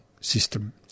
system